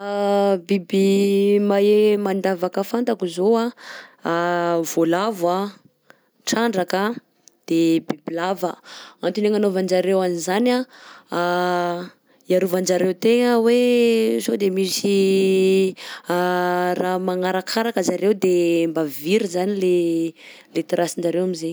Biby mahay mandavaka fantako izao anh, voalavo anh, trandranka de bibilava ah. _x000D_ Antony agnanaovan-jareo an'zany anh hiarovan-jareo tegna hoe sao de misy raha magnarakaraka zareo de mba very zany le le tracen-jareo am'zegny.